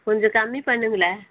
கொஞ்சம் கம்மி பண்ணுங்களேன்